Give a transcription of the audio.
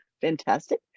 fantastic